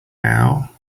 now